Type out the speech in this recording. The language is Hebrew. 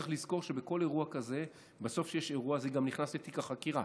צריך לזכור שכל אירוע כזה נכנס לתיק החקירה.